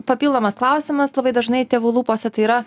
papildomas klausimas labai dažnai tėvų lūpose tai yra